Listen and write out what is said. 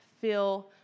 feel